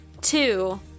two